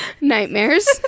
nightmares